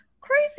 crazy